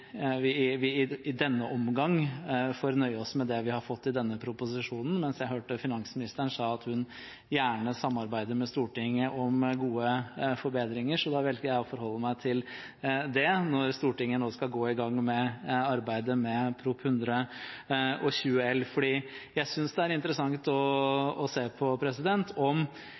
i denne omgang får nøye oss med det vi har fått i denne proposisjonen, mens jeg hørte finansministeren si at hun gjerne samarbeider med Stortinget om å få til forbedringer. Da velger jeg å forholde meg til det når Stortinget nå skal gå i gang med arbeidet med Prop. 120 L for 2015–2016. Jeg synes det er interessant å se på om